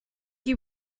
you